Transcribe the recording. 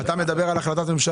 אז אתה מדבר על החלטת ממשלה.